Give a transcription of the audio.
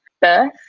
Birth